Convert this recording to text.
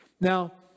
Now